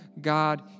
God